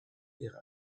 wäre